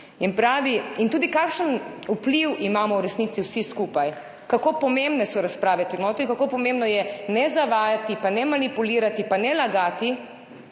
tudi, kakšen vpliv imamo v resnici vsi skupaj, kako pomembne so razprave tu notri, kako pomembno je ne zavajati in ne manipulirati, ne lagati,